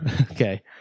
Okay